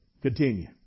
continue